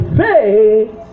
faith